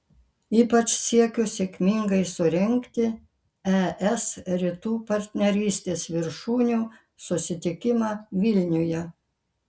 ypač siekio sėkmingai surengti es rytų partnerystės viršūnių susitikimą vilniuje